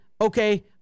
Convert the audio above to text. okay